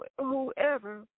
whoever